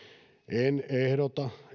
en ehdota